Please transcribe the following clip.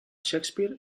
shakespeare